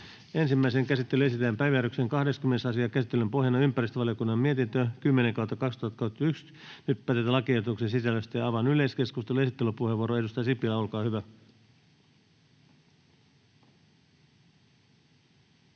Ensimmäiseen käsittelyyn esitellään päiväjärjestyksen 20. asia. Käsittelyn pohjana on ympäristövaliokunnan mietintö YmVM 10/2021 vp. Nyt päätetään lakiehdotuksen sisällöstä. — Avaan yleiskeskustelun. Esittelypuheenvuoro, edustaja Sipilä, olkaa hyvä. [Speech